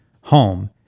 home